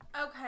okay